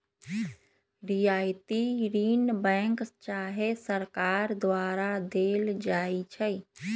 रियायती ऋण बैंक चाहे सरकार द्वारा देल जाइ छइ